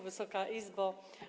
Wysoka Izbo!